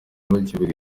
bakivuga